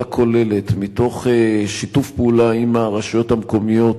כוללת מתוך שיתוף פעולה עם הרשויות המקומיות,